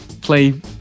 play